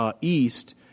east